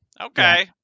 Okay